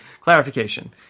Clarification